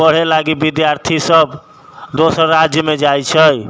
पढ़े लागि विद्यार्थी सब दोसर राज्यमे जाइ छै